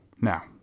Now